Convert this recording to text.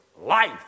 life